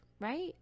right